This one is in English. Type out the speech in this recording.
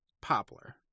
poplar